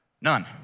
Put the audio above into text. None